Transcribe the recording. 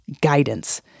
guidance